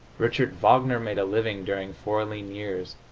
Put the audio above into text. richard wagner made a living, during four lean years,